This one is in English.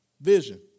vision